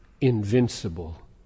invincible